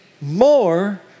more